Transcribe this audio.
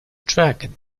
dragons